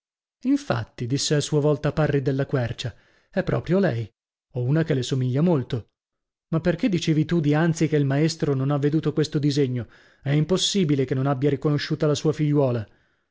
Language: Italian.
infatti disse a sua volta parri della quercia è proprio lei o una che le somiglia di molto ma perchè dicevi tu dianzi che il maestro non ha veduto questo disegno è impossibile che non abbia riconosciuta la sua figliuola